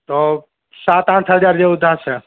તો સાત આઠ હજાર જેવું થશે